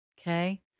Okay